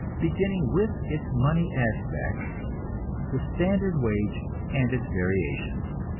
beginning with its money aspects the standard wage and its variations.